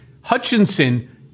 Hutchinson